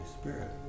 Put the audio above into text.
Spirit